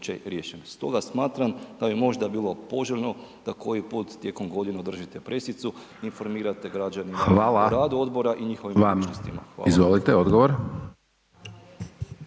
Hvala vam. Izvolite kolega